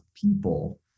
people